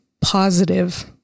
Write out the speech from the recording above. positive